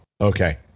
Okay